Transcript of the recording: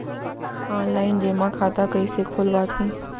Online जेमा खाता कइसे खोलवाथे?